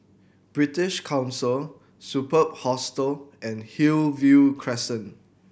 British Council Superb Hostel and Hillview Crescent